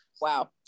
Wow